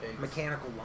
mechanical